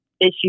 issue